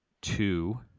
two